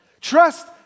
Trust